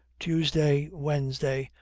tuesday, wednesday,